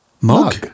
Mug